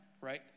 right